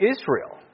Israel